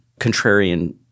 contrarian